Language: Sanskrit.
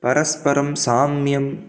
पस्परं साम्यं